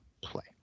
play